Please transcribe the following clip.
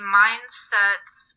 mindsets